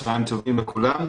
צוהריים טובים לכולם.